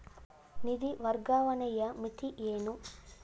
ನಿಧಿ ವರ್ಗಾವಣೆಯ ಮಿತಿ ಏನು?